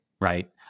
right